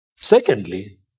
Secondly